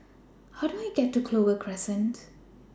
How Do I get to Clover Crescent